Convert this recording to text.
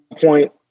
point